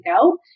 go